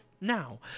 now